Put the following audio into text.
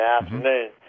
afternoon